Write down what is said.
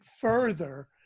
further